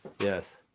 Yes